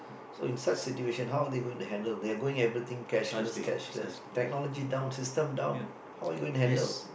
so in such situation how are they going to handle they are going everything cashless cashless technology down system down how are you going to handle